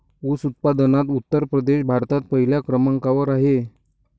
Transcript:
ऊस उत्पादनात उत्तर प्रदेश भारतात पहिल्या क्रमांकावर आहे